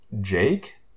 Jake